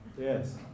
Yes